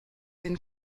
den